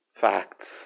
facts